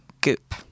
Goop